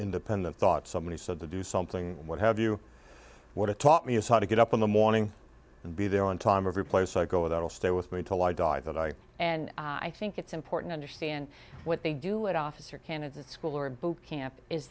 independent thought somebody said to do something what have you what it taught me is how to get up in the morning and be there on time every place i go that will stay with me until i die that i and i think it's important understand what they do at officer candidate school or boot camp is